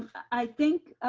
i think